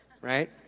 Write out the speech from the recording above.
right